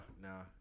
nah